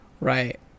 Right